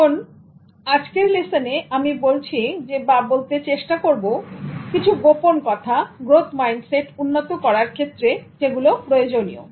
এখন আজকের লেসনে এ আমি বলেছিলাম আমি বলতে চেষ্টা করবো কিছু গোপন কথা গ্রোথ মাইন্ডসেট উন্নত করার ক্ষেত্রে যেগুলো প্রয়োজনীয়